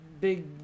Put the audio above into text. Big